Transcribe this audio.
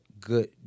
good